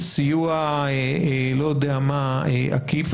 בסיוע עקיף,